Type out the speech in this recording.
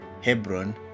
Hebron